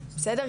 בסדר?